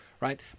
Right